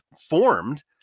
formed